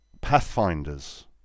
Pathfinders